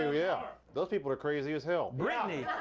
yeah those people are crazy as hell. brittany?